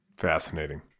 Fascinating